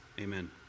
Amen